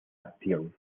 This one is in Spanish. acción